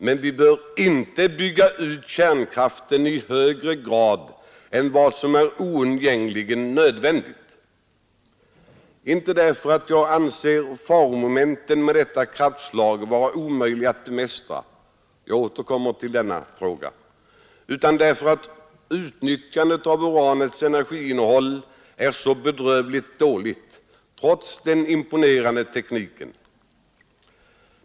Men vi bör inte bygga ut kärnkraften i högre grad än vad som är oundgängligen nödvändigt — inte därför att jag anser faromomenten med detta kraftslag vara omöjliga att bemästra — jag återkommer till denna fråga — utan därför att utnyttjandet av uranets energiinnehåll är så bedrövligt dåligt trots den imponerande tekniken.